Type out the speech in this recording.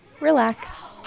relax